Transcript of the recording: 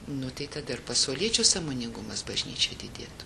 nu tai tad ir pasauliečių sąmoningumas bažnyčiai didėti